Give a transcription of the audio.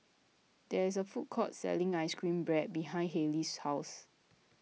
there is a food court selling Ice Cream Bread behind Hailey's house